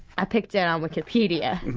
i picked it on wikipedia.